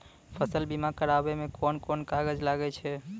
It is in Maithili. फसल बीमा कराबै मे कौन कोन कागज लागै छै?